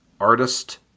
artist